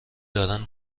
دارن